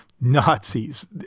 Nazis